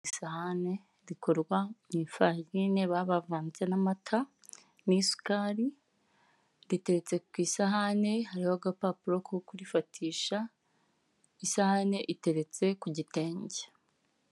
Isahane rikorwa mu ifarini baba bavanze n'amata n'isukari riteretse ku isahane hariho n'agapuro ko kurifatisha, isahane iteretse ku gitenge.